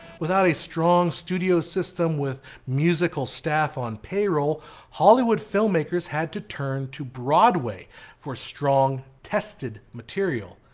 without a strong studio system with musical staff on payroll, hollywood filmmakers had to turn to broadway for strong tested material.